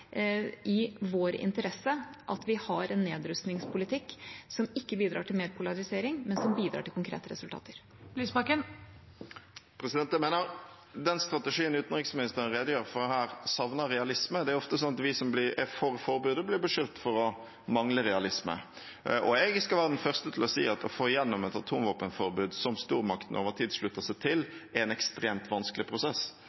i vår interesse at vi har en nedrustningspolitikk som ikke bidrar til mer polarisering, men som bidrar til konkrete resultater. Audun Lysbakken – til oppfølgingsspørsmål. Jeg mener den strategien utenriksministeren redegjør for her, savner realisme. Det er ofte sånn at vi som er for forbudet, blir beskyldt for å mangle realisme. Jeg skal være den første til å si at å få gjennom et atomvåpenforbud som stormaktene over tid slutter seg